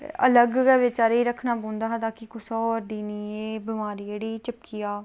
अलग गै बचारै गी रक्खना पौंदा हा ताकी कुसै होर गी एह् बमारी निं चिपकी जा